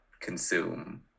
consume